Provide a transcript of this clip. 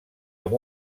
amb